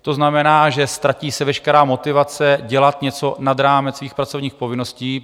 To znamená, že se ztratí veškerá motivace dělat něco nad rámec svých pracovních povinností.